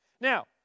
Now